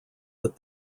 that